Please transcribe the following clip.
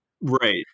right